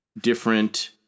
different